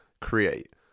create